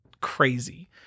Crazy